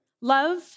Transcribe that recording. Love